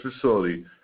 facility